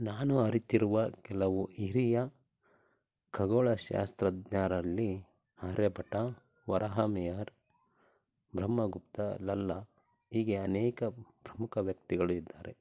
ನಾನು ಅರಿತಿರುವ ಕೆಲವು ಹಿರಿಯ ಖಗೋಳಶಾಸ್ತ್ರಜ್ಞರಲ್ಲಿ ಆರ್ಯಭಟ ವರಾಹಮಿಹಿರ ಬ್ರಹ್ಮಗುಪ್ತ ಎಲ್ಲ ಹೀಗೆ ಅನೇಕ ಪ್ರಮುಖ ವ್ಯಕ್ತಿಗಳು ಇದ್ದಾರೆ